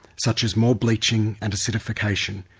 such as more bleaching and acidification.